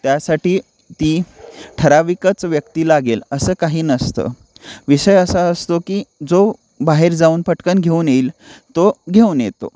त्यासाठी ती ठराविकच व्यक्ती लागेल असं काही नसतं विषय असा असतो की जो बाहेर जाऊन पटकन घेऊन येईल तो घेऊन येतो